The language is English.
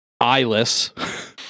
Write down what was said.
eyeless